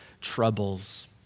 troubles